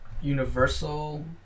universal